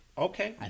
Okay